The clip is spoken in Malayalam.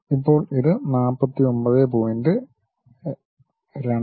ഇപ്പോൾ ഇത് 49